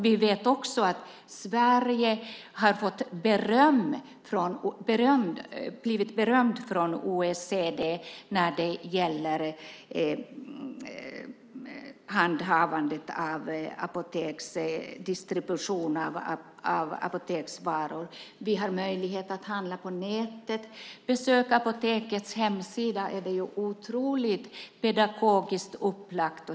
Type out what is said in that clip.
Vi vet också att Sverige fått beröm av OECD när det gäller handhavande och distribution av apoteksvaror. Vi har möjlighet att handla på nätet. Ett besök på Apotekets hemsida visar hur oerhört pedagogiskt den är upplagd.